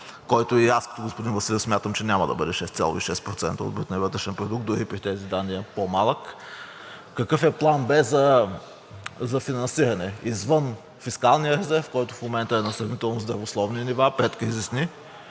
който и аз като господин Василев смятам, че няма да бъде 6,6% от брутния вътрешен продукт, дори при тези данни е по-малък. Какъв е план Б за финансиране извън фискалния резерв, който в момента е на сравнително здравословни нива, предкризисни